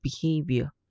behavior